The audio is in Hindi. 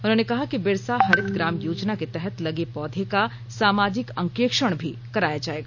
उन्होंने कहा कि बिरसा हरित ग्राम योजना के तहत लगे पौधे का सामाजिक अंकेक्षण मी कराया जाएगा